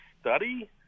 study